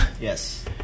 Yes